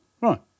right